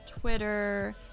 Twitter